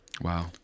wow